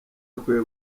akwiye